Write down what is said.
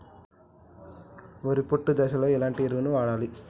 వరి పొట్ట దశలో ఎలాంటి ఎరువును వాడాలి?